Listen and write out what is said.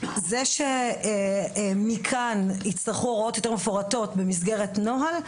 זה שמכאן יצטרכו הוראות יותר מפורטות במסגרת נוהל,